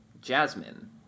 Jasmine